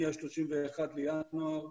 מה-31 בינואר,